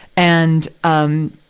and, um,